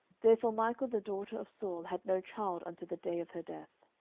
therefore michal the daughter of saul had no child unto the day of her death.